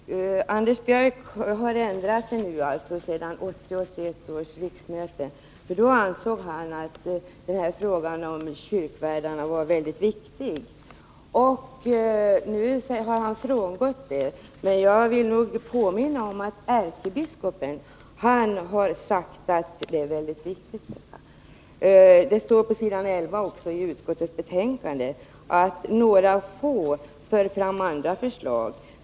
Herr talman! Anders Björck har ändrat sig sedan 1980/81 års riksmöte. Då ansåg han att frågan om kyrkvärdarna var väldigt viktig. Nu har han frångått detta, men jag vill påminna om att ärkebiskopen har sagt att frågan är viktig. Pås. 11 iutskottsbetänkandet står det: ”Några få för fram andra förslag ———.